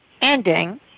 ending